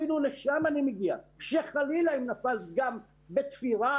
אפילו לשם אני מגיע אם חלילה נפל פגם בתפירה,